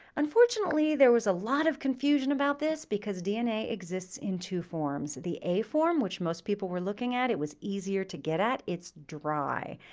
unfortunately, there was a lot of confusion about this because dna exists in two forms. the a form, which most people were looking at, it was easier to get at. it's dry,